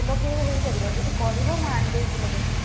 ଫୁଲକୋବି ହେଇ ପାରିବ ଯଦି କହିବ ମୁଁ ଆଣିଦେଵି ଫୁଲକୋବି